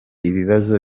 ibibazo